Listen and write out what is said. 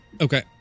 Okay